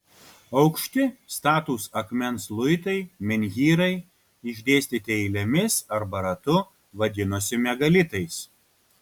aukšti statūs akmens luitai menhyrai išdėstyti eilėmis arba ratu vadinosi megalitais